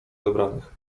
zebranych